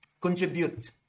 contribute